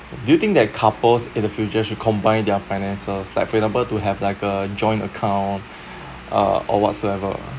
do you think that couples in the future should combine their finances like for example to have like a joint account uh or whatsoever